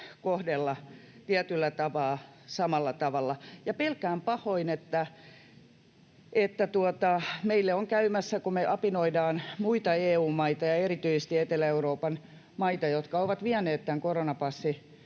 kohdella tietyllä tapaa samalla tavalla. Pelkään pahoin, että meille on käymässä niin, että kun me apinoidaan muita EU-maita ja erityisesti Etelä-Euroopan maita, jotka ovat vieneet tämän koronapassinsa